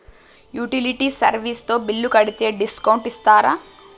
Utility service తో bill కడితే discount ఇస్తరా?